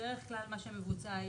בדרך כלל מה שמבוצע היום,